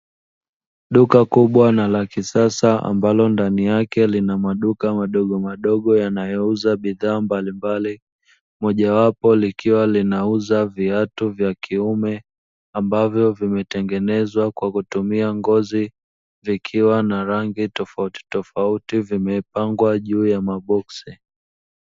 Duka kubwa na la kisasa ambalo ndani yake lina maduka madogomadogo yanayouza bidhaa mbalimbali, moja wapo likiwa linauza viatu vya kiume, ambavyo vimetengenezwa kwa kutumia ngozi vikiwa na rangi tofauti tofauti vimepangwa juu ya maboksi.